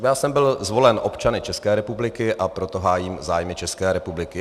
Já jsem byl zvolen občany České republiky, a proto hájím zájmy České republiky.